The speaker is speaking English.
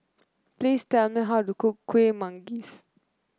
please tell me how to cook Kueh Manggis